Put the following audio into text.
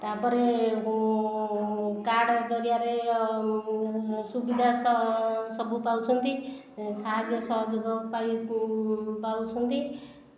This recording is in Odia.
ତାପରେ କାର୍ଡ଼ ଜରିଆରେ ସୁବିଧା ସବୁ ପାଉଛନ୍ତି ସାହାଯ୍ୟ ସହଯୋଗ ପାଇ ପାଉଛନ୍ତି